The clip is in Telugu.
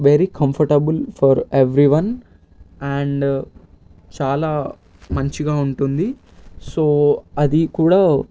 very comfortable for everyone and చాలా మంచిగా ఉంటుంది సో అది కూడా